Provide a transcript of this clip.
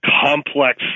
complex